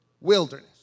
wilderness